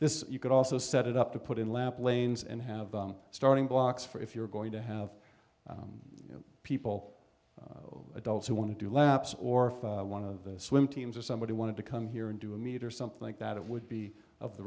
this you could also set it up to put in lamp lanes and have the starting blocks for if you're going to have people adults who want to do laps or one of the swim teams or somebody wanted to come here and do a metre something like that it would be of the